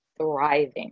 thriving